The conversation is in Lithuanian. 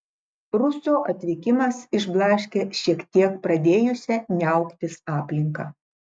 ruso atvykimas išblaškė šiek tiek pradėjusią niauktis aplinką